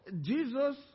Jesus